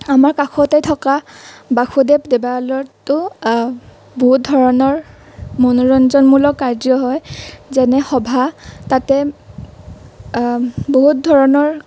আমাৰ কাষতে থকা বাসুদেৱ দেৱালয়টো বহুত ধৰণৰ মনোৰঞ্জনমূলক কাৰ্য হয় যেনে সভা তাতে বহুত ধৰণৰ